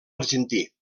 argentí